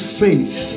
faith